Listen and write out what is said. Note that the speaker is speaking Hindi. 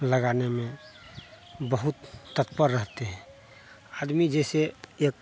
लगाने में बहुत तत्पर रहते हैं आदमी जैसे एक